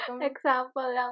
Example